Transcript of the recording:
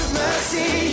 mercy